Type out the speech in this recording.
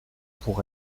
pour